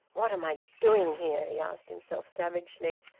what am i doing here? he asked himself savagely.